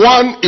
One